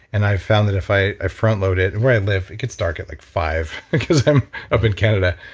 and i found that if i i front load it, where i live, it gets dark at like five because i'm up in canada.